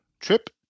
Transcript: Trip